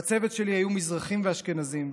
בצוות שלי היו מזרחים ואשכנזים,